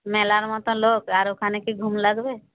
মেলার মতো লোক আর ওখানে কি ঘুম লাগবে